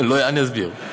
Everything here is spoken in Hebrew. אסביר.